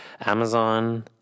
Amazon